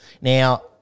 now